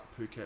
Phuket